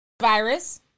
virus